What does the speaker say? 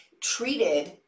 treated